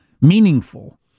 meaningful